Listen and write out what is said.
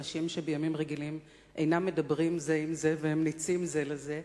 אנשים שבימים רגילים אינם מדברים זה עם זה והם נצים זה לזה,